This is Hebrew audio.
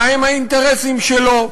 מה הם האינטרסים שלו?